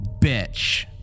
Bitch